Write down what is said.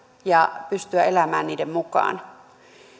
ja pystyä elämään niiden mukaan